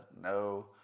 no